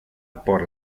por